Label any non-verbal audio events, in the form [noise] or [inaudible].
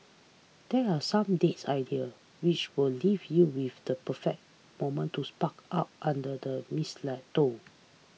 there are some date idea which will leave you with the perfect moment to [unintelligible] up under the mistletoe